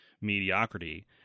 mediocrity